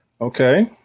Okay